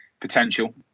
potential